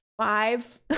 five